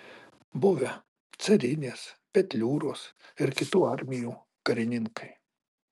buvę carinės petliūros ir kitų armijų karininkai